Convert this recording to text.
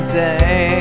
day